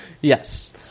Yes